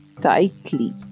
tightly